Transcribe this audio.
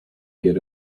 get